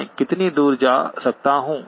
मैं कितनी दूर जा सकता हूं